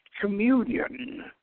communion